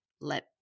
let